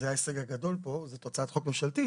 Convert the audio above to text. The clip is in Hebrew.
זה ההישג הגדול פה, זאת הצעת חוק ממשלתית